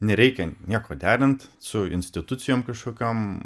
nereikia nieko derint su institucijom kažkokiom